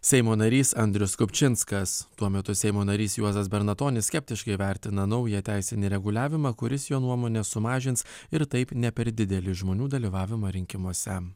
seimo narys andrius kupčinskas tuo metu seimo narys juozas bernatonis skeptiškai vertina naują teisinį reguliavimą kuris jo nuomone sumažins ir taip ne per didelį žmonių dalyvavimą rinkimuose